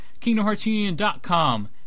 KingdomHeartsUnion.com